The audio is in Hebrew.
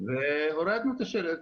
והורדנו את השלט.